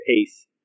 pace